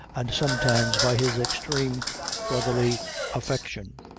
and sometimes by his extreme brotherly affection.